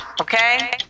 Okay